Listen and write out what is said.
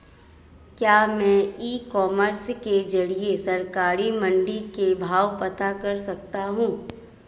क्या मैं e commerce के ज़रिए सरकारी मंडी के भाव पता कर सकता हूँ?